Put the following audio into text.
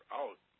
out